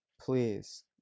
please